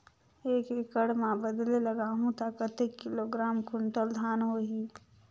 एक एकड़ मां बदले लगाहु ता कतेक किलोग्राम कुंटल धान होही?